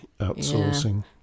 outsourcing